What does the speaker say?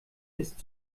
ist